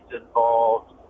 involved